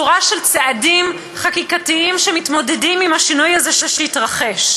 שורה של צעדים חקיקתיים שמתמודדים עם השינוי הזה שהתרחש.